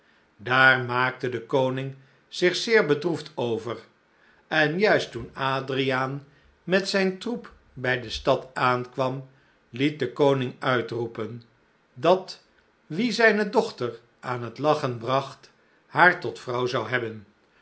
daar maakte de koning zich zeer bedroefd over en juist toen adriaan met zijn troep bij de stad aankwam liet de koning uitroepen dat wie zijne dochter aan het lagchen bragt haar tot vrouw zou hebben